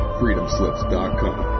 freedomslips.com